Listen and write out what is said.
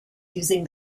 using